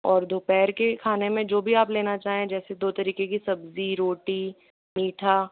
और दोपहर के खाने में जो भी आप लेना चाहें जैसे दो तरीके की सब्ज़ी रोटी मीठा